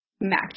Mac